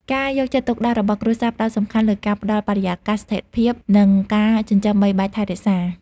ការយកចិត្តទុកដាក់របស់គ្រួសារផ្តោតសំខាន់លើការផ្ដល់បរិយាកាសស្ថិរភាព និងការចិញ្ចឹមបីបាច់ថែរក្សា។